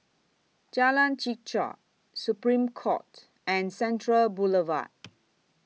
Jalan Chichau Supreme Court and Central Boulevard